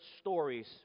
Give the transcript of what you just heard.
stories